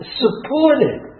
supported